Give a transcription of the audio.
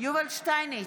יובל שטייניץ,